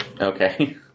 Okay